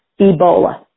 Ebola